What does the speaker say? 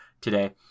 today